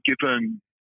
given